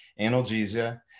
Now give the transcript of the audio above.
analgesia